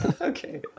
Okay